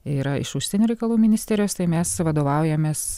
yra iš užsienio reikalų ministerijos tai mes vadovaujamės